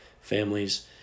families